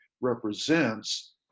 represents